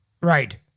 Right